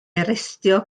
arestio